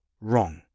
wrong